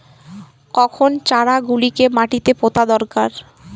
কখন চারা গুলিকে মাটিতে পোঁতা দরকার?